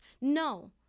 No